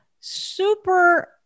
super-